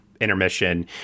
intermission